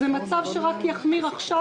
זה מצב שרק יחמיר עכשיו,